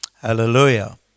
Hallelujah